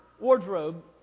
wardrobe